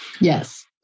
Yes